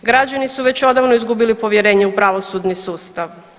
Građani su već odavno izgubili povjerenje u pravosudni sustav.